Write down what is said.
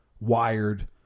wired